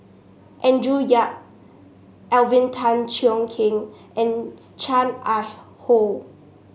Andrew Yip Alvin Tan Cheong Kheng and Chan Ah Kow